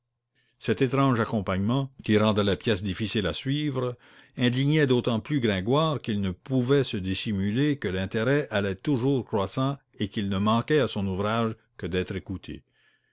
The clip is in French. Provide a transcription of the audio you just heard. cet étrange accompagnement qui rendait la pièce difficile à suivre indignait d'autant plus gringoire qu'il ne pouvait se dissimuler que l'intérêt allait toujours croissant et qu'il ne manquait à son ouvrage que d'être écouté